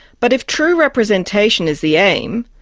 but if true representation is the aim,